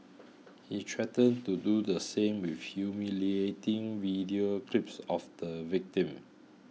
he threatened to do the same with humiliating video clips of the victim